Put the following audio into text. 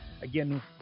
Again